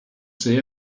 see